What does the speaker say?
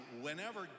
whenever